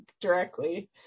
directly